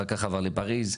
אח"כ עבר לפריז,